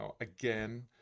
again